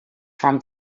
from